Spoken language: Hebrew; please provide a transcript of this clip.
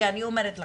כי אני אומרת לכם: